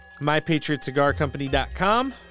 MyPatriotCigarCompany.com